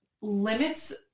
limits